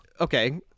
okay